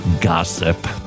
gossip